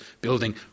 building